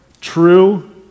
True